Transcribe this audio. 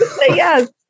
yes